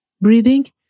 breathing